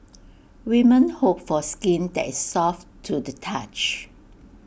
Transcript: women hope for skin that is soft to the touch